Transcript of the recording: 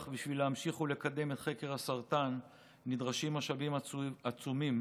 אך בשביל להמשיך לקדם את חקר הסרטן נדרשים משאבים עצומים,